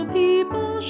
people